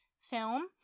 film